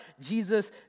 Jesus